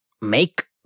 make